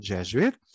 Jesuit